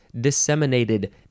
disseminated